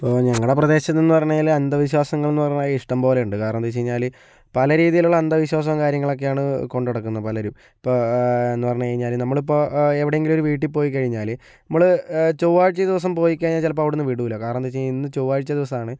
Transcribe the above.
ഇപ്പോൾ ഞങ്ങളുടെ പ്രദേശത്ത് എന്ന് പറഞ്ഞാല് അന്ധവിശ്വാസങ്ങൾ എന്ന് പറഞ്ഞാൽ ഇഷ്ടമ്പോലെ ഉണ്ട് കാരണമെന്തെന്ന് വെച്ച് കഴിഞ്ഞാല് പല രീതിലുള്ള അന്ധവിശ്വാസവും കാര്യങ്ങളൊക്കെ ആണ് കൊണ്ട് നടക്കുന്നത് പലരും ഇപ്പോൾ എന്നുപറഞ്ഞു കഴിഞ്ഞാല് നമ്മളിപ്പോൾ എവിടെ എങ്കിലും ഒരു വീട്ടിൽ പോയിക്കഴിഞ്ഞാല് നമ്മള് ചൊവ്വാഴ്ചദിവസം പോയി കഴിഞ്ഞാൽ ചിലപ്പോൾ അവിടുന്ന് വിടൂല കാരണന്ത് വെച്ചുകഴിഞ്ഞാല് ഇന്ന് ചൊവ്വാഴ്ച ദിവസമാണ്